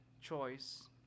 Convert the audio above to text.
choice